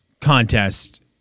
contest